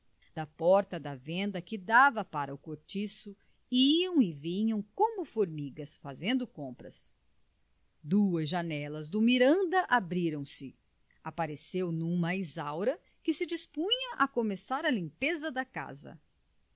da porta da venda que dava para o cortiço iam e vinham como formigas fazendo compras duas janelas do miranda abriram-se apareceu numa a isaura que se dispunha a começar a limpeza da casa